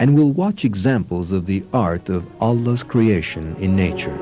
and will watch examples of the art of all those creation in nature